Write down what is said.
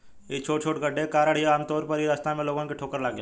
इ छोटे छोटे गड्ढे के कारण ही आमतौर पर इ रास्ता में लोगन के ठोकर लागेला